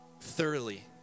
thoroughly